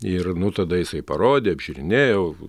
ir nu tada jisai parodė apžiūrinėjau